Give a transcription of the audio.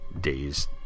days